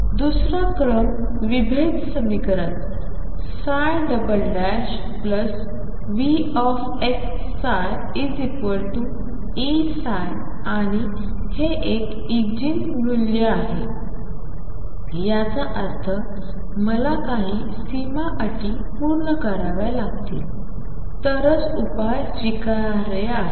दुसरा क्रम विभेद समीकरण VxψEψ आणि हे एक इगेन मूल्य समीकरण आहे याचा अर्थ मला काही सीमा अटी पूर्ण कराव्या लागतील तरच उपाय स्वीकारार्ह आहे